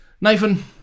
Nathan